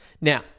Now